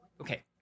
okay